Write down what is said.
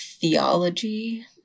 theology